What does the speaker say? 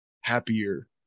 happier